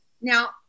Now